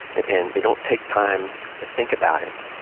and they don't take time to think about it.